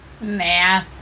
Nah